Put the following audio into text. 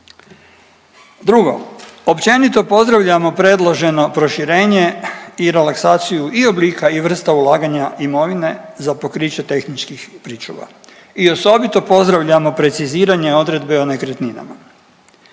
Drugo. Općenito pozdravljamo predloženo proširenje i relaksaciju i oblika i vrsta ulaganja imovine za pokriće tehničkih pričuva i osobito pozdravljamo preciziranje odredbe o nekretninama.